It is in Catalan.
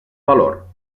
valor